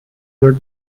their